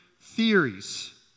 theories